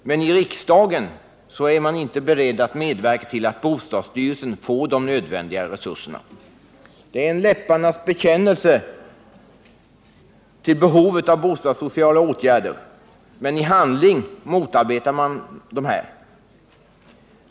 Men i riksdagen är man inte beredd att medverka till att bostadsstyrelsen får de nödvändiga resurserna. Det är en läpparnas bekännelse till behovet av bostadssociala åtgärder, men i handling motarbetar man sådana.